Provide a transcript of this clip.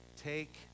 Take